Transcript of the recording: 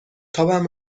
تاپم